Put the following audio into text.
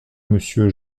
monsieur